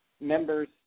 members